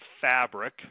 fabric